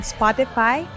Spotify